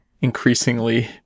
increasingly